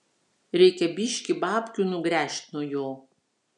reikia biškį babkių nugręžt nuo jo